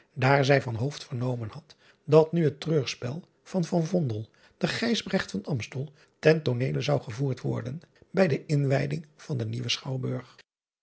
daar zij van vernomen had dat nu het reurspel van de ijsbrecht van emstel ten tooneele zou gevoerd worden bij de inwijding driaan oosjes zn et leven van illegonda uisman van den nieuwen chouwburg